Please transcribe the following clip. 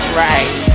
right